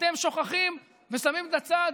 אתם שוכחים ושמים בצד